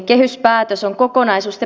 kehyspäätös on kokonaisuus